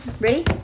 Ready